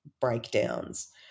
breakdowns